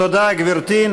תודה, גברתי.